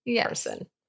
person